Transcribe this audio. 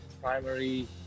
primary